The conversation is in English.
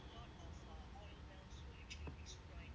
is